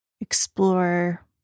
Explore